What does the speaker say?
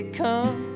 come